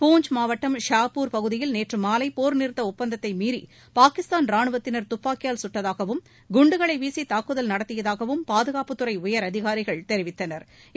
பூஞ்ச் மாவட்டம் ஷாப்பூர் பகுதியில் நேற்று மாலை போர் நிறுத்த ஒப்பந்தத்தை மீறி பாகிஸ்தான் ராணுவத்தினா் தப்பாக்கியால் கட்டதாகவும் குண்டுகளை வீசி தாக்குதல் நடத்தியதாகவும் பாதுகாப்பு துறை உயர் அதிகாரிகள் தெரிவித்தனா்